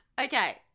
Okay